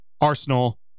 Arsenal